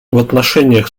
отношениях